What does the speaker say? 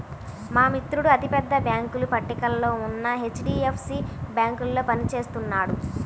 మా మిత్రుడు అతి పెద్ద బ్యేంకుల పట్టికలో ఉన్న హెచ్.డీ.ఎఫ్.సీ బ్యేంకులో పని చేస్తున్నాడు